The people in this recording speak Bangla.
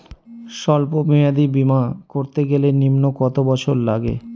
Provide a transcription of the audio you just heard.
সল্প মেয়াদী বীমা করতে গেলে নিম্ন কত বছর লাগে?